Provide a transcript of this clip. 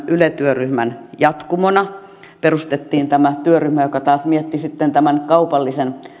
yle työryhmän jatkumona perustettiin tämä työryhmä joka taas mietti sitten kaupallisen